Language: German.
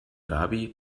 dhabi